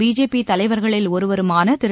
BJP தலைவர்களில் ஒருவருமான திரு